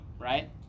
right